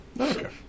Okay